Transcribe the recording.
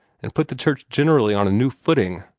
and put the church generally on a new footing,